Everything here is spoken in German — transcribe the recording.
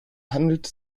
handelt